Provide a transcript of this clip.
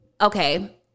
okay